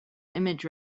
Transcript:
image